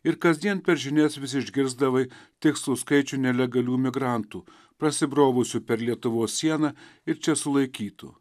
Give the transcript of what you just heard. ir kasdien per žinias vis išgirsdavai tikslų skaičių nelegalių imigrantų prasibrovusių per lietuvos sieną ir čia sulaikytų